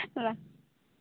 হয়